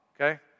okay